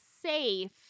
safe